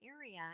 area